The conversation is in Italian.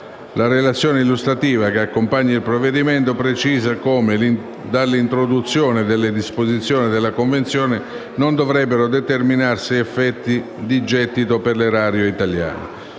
La relazione illustrativa che accompagna il provvedimento precisa come dall'introduzione delle disposizioni della Convenzione non dovrebbero determinarsi effetti di gettito per l'erario italiano.